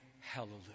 hallelujah